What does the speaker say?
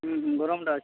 ଗରମ୍ଟା ଅଛେ